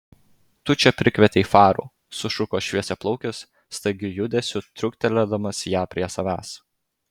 tu čia prikvietei farų sušuko šviesiaplaukis staigiu judesiu truktelėdamas ją prie savęs